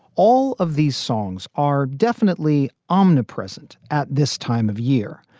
all of these songs are definitely omnipresent at this time of year,